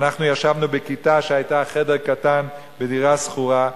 ואנחנו ישבנו בכיתה שהיתה חדר קטן בדירה שכורה,